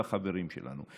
החברים שלנו.